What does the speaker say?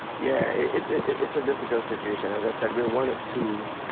yeah, it's a difficult situation. as i said, we're one of two